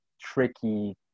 tricky